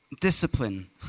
Discipline